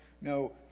no